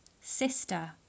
Sister